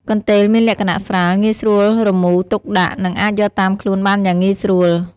កន្ទេលមានលក្ខណៈស្រាល ងាយស្រួលរមូរទុកដាក់ និងអាចយកតាមខ្លួនបានយ៉ាងងាយស្រួល។